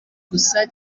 gusa